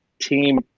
team